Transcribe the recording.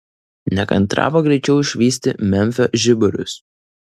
nekantravo greičiau išvysti memfio žiburius